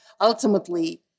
ultimately